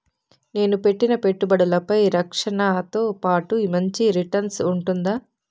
నేను పెట్టిన పెట్టుబడులపై రక్షణతో పాటు మంచి రిటర్న్స్ ఉంటుందా?